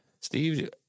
Steve